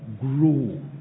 grow